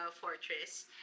fortress